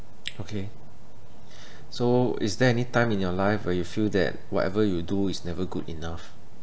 okay so is there any time in your life where you feel that whatever you do is never good enough